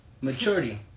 Maturity